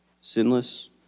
sinless